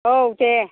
औ दे